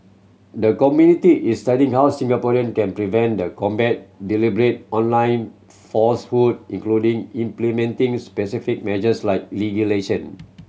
the committee is studying how Singapore can prevent and combat deliberate online falsehood including implementing specific measures like legislation